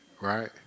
right